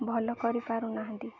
ଭଲ କରି ପାରୁନାହାନ୍ତି